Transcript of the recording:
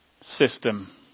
system